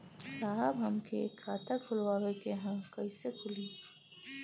साहब हमके एक खाता खोलवावे के ह कईसे खुली?